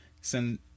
send